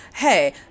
Hey